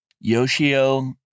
Yoshio